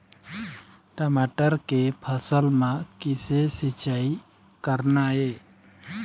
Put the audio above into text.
टमाटर के फसल म किसे सिचाई करना ये?